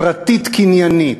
פרטית-קניינית.